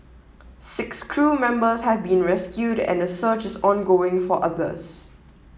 six crew members have been rescued and a search is ongoing for others